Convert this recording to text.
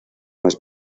más